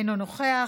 אינו נוכח,